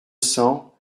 cents